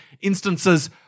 instances